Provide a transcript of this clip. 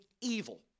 evil